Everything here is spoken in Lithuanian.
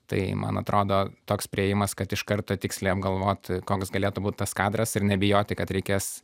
tai man atrodo toks priėjimas kad iš karto tiksliai apgalvot koks galėtų būti tas kadras ir nebijoti kad reikės